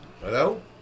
Hello